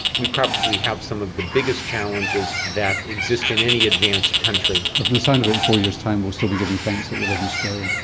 we probably have some of the biggest challenges that exist in any advanced country. from the sound of it in four years time we'll still be giving thanks that we live in australia.